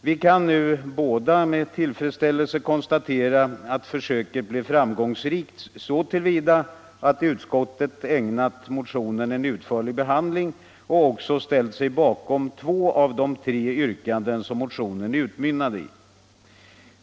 Vi kan nu med tillfredsställelse konstatera att försöket blev framgångsrikt så till vida som utskottet ägnat motionen en utförlig behandling och också ställt sig bakom två av de tre yrkanden som motionen utmynnar i.